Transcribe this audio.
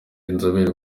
inzobere